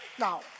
Now